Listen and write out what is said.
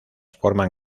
forman